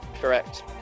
Correct